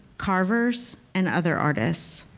carvers, and other artists.